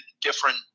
different